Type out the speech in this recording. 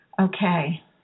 okay